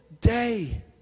day